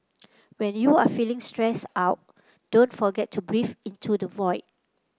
when you are feeling stressed out don't forget to breathe into the void